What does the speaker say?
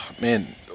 Man